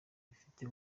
bifite